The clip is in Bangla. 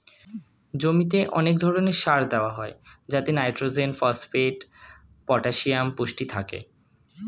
জমিতে অনেক ধরণের সার দেওয়া হয় যাতে নাইট্রোজেন, ফসফেট, পটাসিয়াম পুষ্টি থাকে